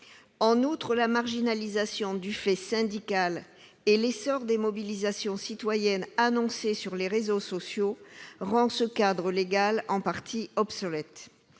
En outre, la marginalisation du fait syndical et l'essor des mobilisations citoyennes annoncées sur les réseaux sociaux rendent ce cadre légal en partie obsolète.